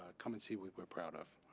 ah come and see what we're proud of.